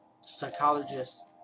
psychologist